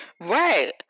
Right